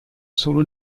solo